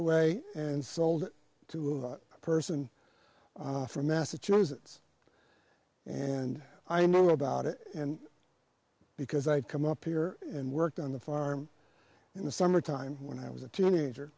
away and sold it to a person from massachusetts and i knew about it and because i had come up here and worked on the farm in the summertime when i was a teenager